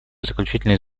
заключительные